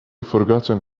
forgotten